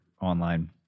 online